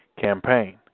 campaign